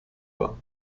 war